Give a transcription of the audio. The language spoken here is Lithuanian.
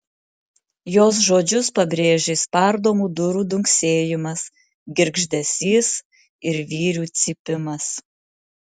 jos žodžius pabrėžė spardomų durų dunksėjimas girgždesys ir vyrių cypimas